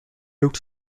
looked